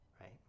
right